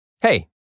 Hey